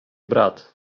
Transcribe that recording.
brat